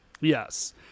Yes